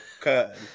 curtain